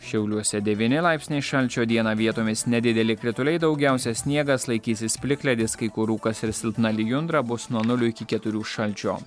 šiauliuose devyni laipsniai šalčio dieną vietomis nedideli krituliai daugiausia sniegas laikysis plikledis kai kur rūkas ir silpna lijundra bus nuo nulio iki keturių šalčio